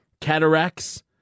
cataracts